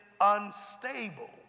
unstable